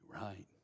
right